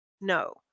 no